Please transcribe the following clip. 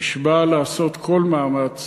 נשבע לעשות כל מאמץ